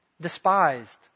despised